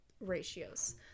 ratios